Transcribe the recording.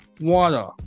Water